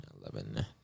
eleven